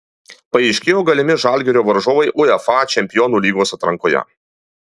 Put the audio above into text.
paaiškėjo galimi žalgirio varžovai uefa čempionų lygos atrankoje